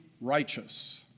righteous